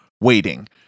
waiting